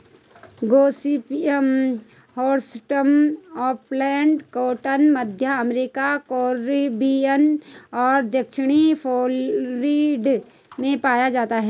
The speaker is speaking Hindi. गॉसिपियम हिर्सुटम अपलैंड कॉटन, मध्य अमेरिका, कैरिबियन और दक्षिणी फ्लोरिडा में पाया जाता है